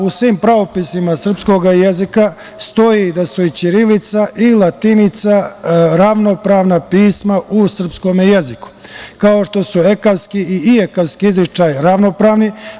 U svim pravopisima srpskog jezika stoji da su i ćirilica i latinica ravnopravna pisma u srpskom jeziku, kao što su ekavski i ijekavski izgovor ravnopravni.